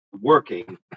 working